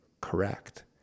correct